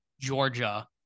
Georgia